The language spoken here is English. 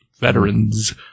veterans